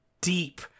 deep